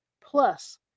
Plus